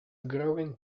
growing